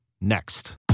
next